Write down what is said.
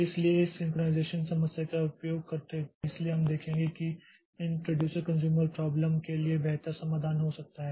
इसलिए इस सिंक्रनाइज़ेशन समस्या का उपयोग करते हुए इसलिए हम देखेंगे कि इन प्रोड्यूसर कन्ज़्यूमर प्राब्लम के लिए बेहतर समाधान हो सकता है